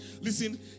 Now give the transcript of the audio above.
Listen